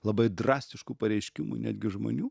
labai drastiškų pareiškimų netgi žmonių